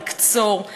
לקצור,